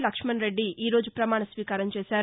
లక్ష్మణరెడ్డి ఈ రోజు ప్రమాణ స్వీకారం చేశారు